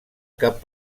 cap